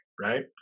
Right